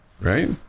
right